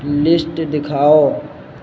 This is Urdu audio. لیسٹ دکھاؤ